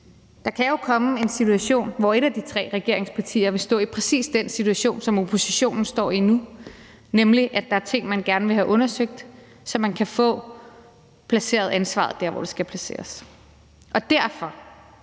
der kan jo komme en situation, hvor et af de tre regeringspartier vil stå i præcis den situation, som oppositionen står i nu, nemlig at der er ting, man gerne vil have undersøgt, så man kan få placeret ansvaret der, hvor det skal placeres. Derfor